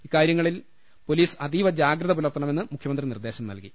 ഇക്കാര്യങ്ങളിൽ police അതീവ ജാഗ്രത പുലർത്തണമെന്ന് മുഖ്യമന്ത്രി നിർദേശം നൽകി